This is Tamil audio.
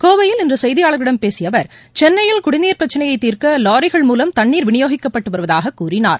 கோவையில் இன்று செய்தியாளர்களிடம் பேசிய அவர் சென்னையில் குடிநீர் பிரச்சினையை தீர்க்க லாரிகள் மூலம் தண்ணீர் விநியோகம் செய்யப்பட்டு வருவதாகக் கூறினார்